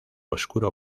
oscuro